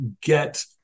get